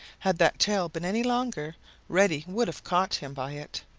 had that tail been any longer reddy would have caught him by it.